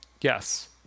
Yes